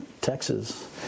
Texas